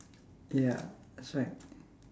ya it's like